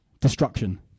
destruction